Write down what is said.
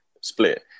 split